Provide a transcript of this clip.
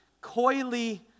coyly